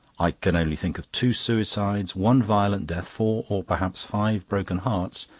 i can only think of two suicides one violent death, four or perhaps five broken hearts,